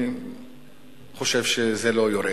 אני חושב שזה לא יורד.